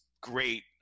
great